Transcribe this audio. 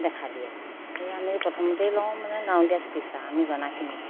দেখা দিয়ে সেই আমি প্ৰথমতেই লওঁ মানে গাঁৱলীয়া চিকিৎসা আমি জনাখিনি